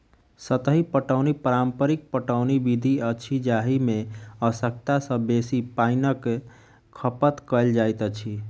सतही पटौनी पारंपरिक पटौनी विधि अछि जाहि मे आवश्यकता सॅ बेसी पाइनक खपत कयल जाइत अछि